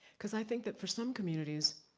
cause i think that for some communities,